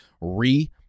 re